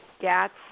GATS